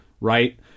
right